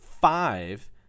five